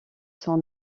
son